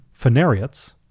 Phanariots